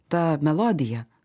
ta melodija